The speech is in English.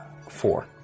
Four